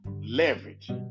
leverage